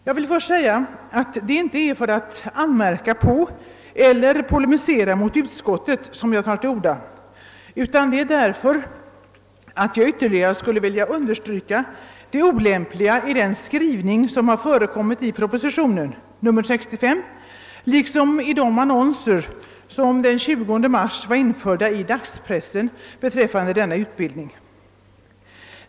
Jag vill först säga att det inte är för att anmärka på eller polemisera mot utskottet som jag tar till orda, utan det sker därför att jag skulle vilja ytterligare understryka det olämpliga i den skrivning som förekommer i proposition nr 65 liksom i de annonser som den 20 mars var införda i dagspressen beträffande denna utbildning.